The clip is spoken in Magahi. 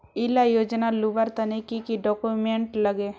इला योजनार लुबार तने की की डॉक्यूमेंट लगे?